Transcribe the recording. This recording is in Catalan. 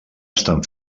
estan